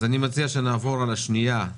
אני מציע שנעבור לשנייה,